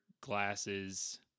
glasses